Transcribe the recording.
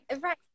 right